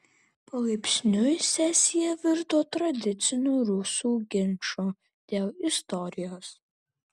palaipsniui sesija virto tradiciniu rusų ginču dėl istorijos